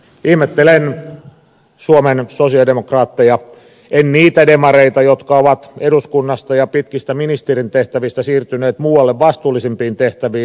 ihmettelen suomen sosialidemokraatteja en niitä demareita jotka ovat eduskunnasta ja pitkistä ministerintehtävistä siirtyneet muualle vastuullisempiin tehtäviin